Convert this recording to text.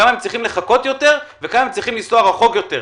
כמה הם צריכים לחכות יותר וכמה הם צריכים לנסוע רחוק יותר.